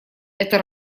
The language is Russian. это